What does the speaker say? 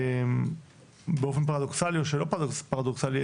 באופן פרדוקסלי או שלא פרדוקסלי,